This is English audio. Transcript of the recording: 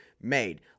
made